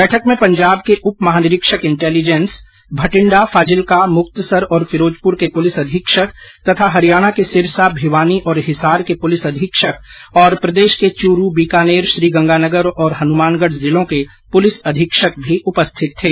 बैठक में पंजाब के उप महानिरीक्षक इंटेलीजेंस भटिंडा फाजिल्का मुक्तसर और फिरोजपुर के पुलिस अधीक्षक तथा हरियाणा के सिरसा भिवानी और हिसार के पुलिस अधीक्षक और प्रदेश के चूरू बीकानेर श्रीगंगानगर और हनुमानगढ जिलों के पुलिस अघीक्षक भी उपस्थित थे